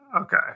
Okay